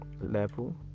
level